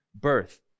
birth